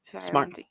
smart